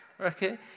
okay